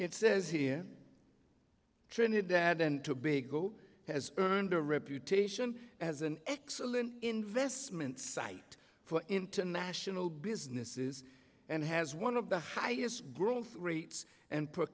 it says here trinidad and tobago has earned a reputation as an excellent investment site for international businesses and has one of the highest growth rates and per